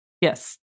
Yes